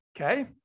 Okay